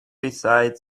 beside